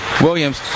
Williams